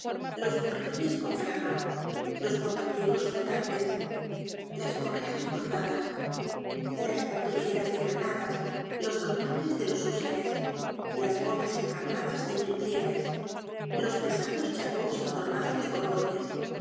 los morriones con flama los portapliegos flotantes las correas cruzadas las content from google book search generated at cartucheras de granadas los dolmanes de los húsares las botas encamadas de mil pliegues los pesados chacós adornados de cordones